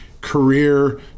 career